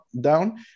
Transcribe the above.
down